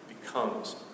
becomes